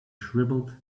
shriveled